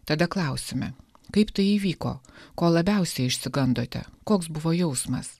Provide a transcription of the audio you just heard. tada klausiame kaip tai įvyko ko labiausiai išsigandote koks buvo jausmas